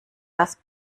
das